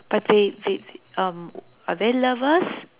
but they they um are they lovers